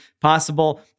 possible